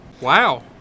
wow